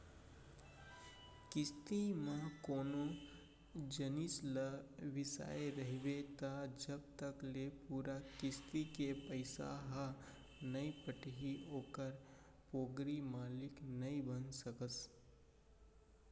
किस्ती म कोनो जिनिस ल बिसाय रहिबे त जब तक ले पूरा किस्ती के पइसा ह नइ पटही ओखर पोगरी मालिक नइ बन सकस